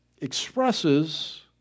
expresses